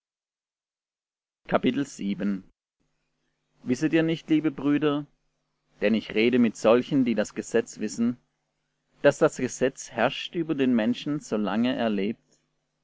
wisset ihr nicht liebe brüder denn ich rede mit solchen die das gesetz wissen daß das gesetz herrscht über den menschen solange er lebt